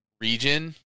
region